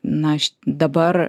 na aš dabar